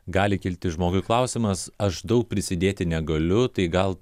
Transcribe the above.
gali kilti žmogui klausimas aš daug prisidėti negaliu tai gal